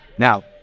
Now